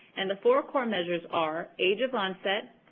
and the four core measures are age of onset,